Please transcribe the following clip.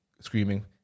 screaming